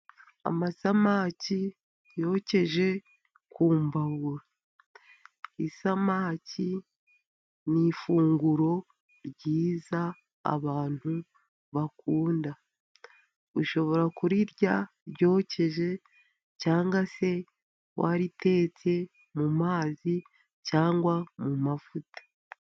Amasamaki yokeje ku mbabura. Isamaki ni ifunguro ryiza abantu bakunda. Ushobora kurirya ryokeje cyangwa se waritetse mu mazi, cyangwa mu mavuta.